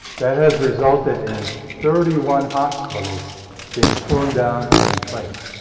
that has resulted in thirty one hospitals being torn down and replaced